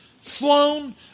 flown